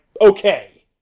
okay